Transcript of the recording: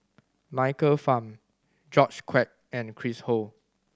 Michael Fam George Quek and Chris Ho